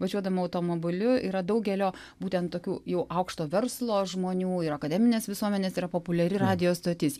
važiuodama automobiliu yra daugelio būtent tokių jau aukšto verslo žmonių ir akademinės visuomenės yra populiari radijo stotis